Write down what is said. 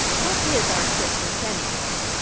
what is our christmas, anyway?